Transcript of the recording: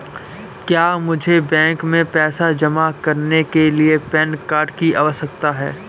क्या मुझे बैंक में पैसा जमा करने के लिए पैन कार्ड की आवश्यकता है?